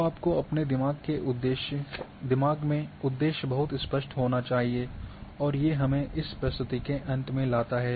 तो आपको अपने दिमाग में उद्देश्य बहुत स्पष्ट होना चाहिए और ये हमे इस प्रस्तुति के अंत में लाता है